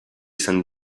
san